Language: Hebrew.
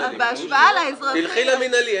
תלכי למינהלי,